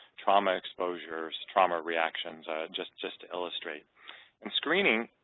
trauma exposures, trauma reactions, just just to illustrate and screening,